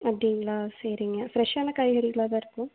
அப்படிங்களா சரிங்க ஃப்ரெஷ்ஷான காய்கறிகளாக தான் இருக்குதுமா